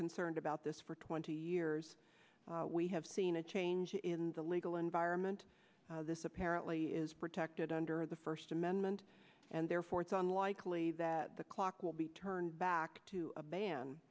concerned about this for twenty years we have seen a change in the legal environment this apparently is protected under the first amendment and their fourth unlikely that the clock will be turned back to a ban